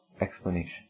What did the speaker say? explanation